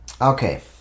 Okay